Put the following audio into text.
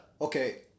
okay